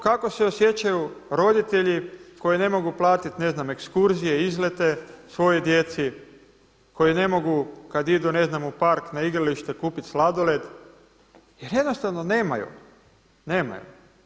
Kako se osjećaju roditelji koji ne mogu platiti ne znam ekskurzije, izlete svojoj djeci, koji ne mogu kada idu u park na igralište kupiti sladoled jer jednostavno nemaju, nemaju.